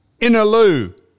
Inaloo